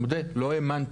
מודה, לא האמנתי.